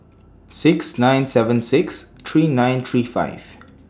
six nine seven six three nine three five